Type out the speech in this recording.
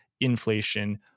inflation